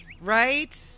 Right